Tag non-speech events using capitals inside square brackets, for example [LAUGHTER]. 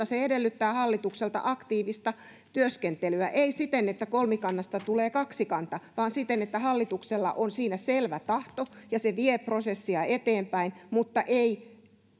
[UNINTELLIGIBLE] se edellyttää hallitukselta aktiivista työskentelyä ei siten että kolmikannasta tulee kaksikanta vaan siten että hallituksella on siinä selvä tahto ja se vie prosessia eteenpäin mutta ei